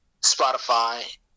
Spotify